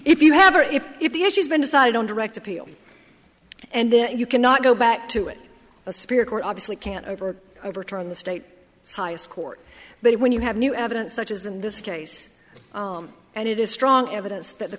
if you have or if if the issue's been decided on direct appeal and then you cannot go back to it a spear court obviously can't over overturn the state highest court but when you have new evidence such as in this case and it is strong evidence that the